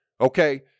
okay